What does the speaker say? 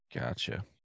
Gotcha